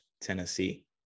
Tennessee